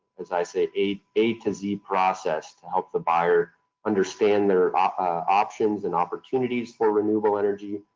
as i say, a a to z process to help the buyer understand their options and opportunities for renewable energy,